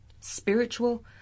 spiritual